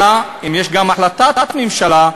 אלא אם יש גם החלטת ממשלה,